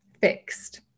fixed